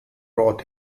roth